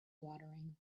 watering